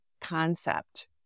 concept